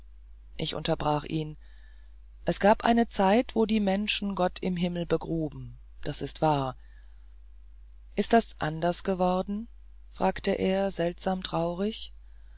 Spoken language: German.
ich unterbrach ihn es gab eine zeit wo die menschen gott im himmel begruben das ist wahr ist das anders geworden fragte er seltsam traurig